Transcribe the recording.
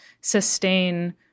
sustain